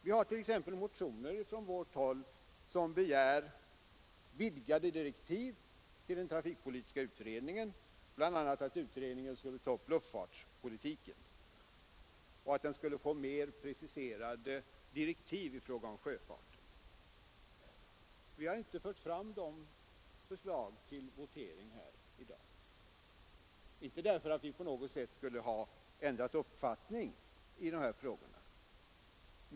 Vi har t.ex. väckt motioner från vårt håll, där det begärs vidgade direktiv till den trafikpolitiska utredningen — bl.a. att utredningen skulle ta upp luftfartspolitiken och att den skulle få mer preciserade direktiv i fråga om sjöfarten. Vi har inte fört fram de förslagen till votering i dag — inte därför att vi på något sätt skulle ha ändrat uppfattning i dessa frågor.